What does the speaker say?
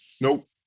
Nope